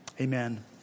Amen